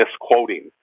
misquoting